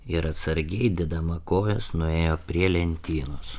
ir atsargiai dėdama kojas nuėjo prie lentynos